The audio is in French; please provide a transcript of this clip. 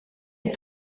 est